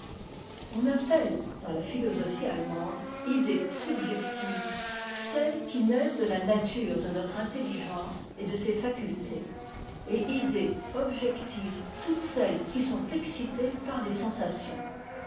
on appelle dans la philosophie allemande idéessubjectives celles qui naissent de la nature de notre intelligence et de ses facultés et idées objectives toutes celles qui sont excitées par les sensations